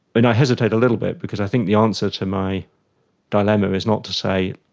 and i hesitate a little bit because i think the answer to my dilemma is not to say,